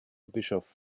bischof